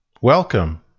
Welcome